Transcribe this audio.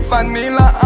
Vanilla